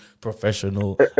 professional